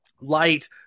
light